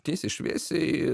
tiesiai šviesiai